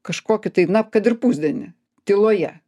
kažkokį tai na kad ir pusdienį tyloje